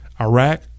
iraq